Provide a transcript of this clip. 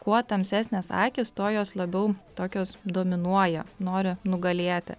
kuo tamsesnės akys tuo jos labiau tokios dominuoja nori nugalėti